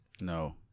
No